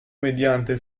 mediante